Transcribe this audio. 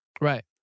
Right